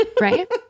right